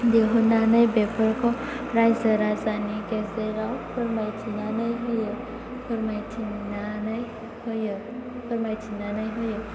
दिहुननानै बेफोरखौ रायजो राजानि गेजेराव फोरमायथिनानै होयो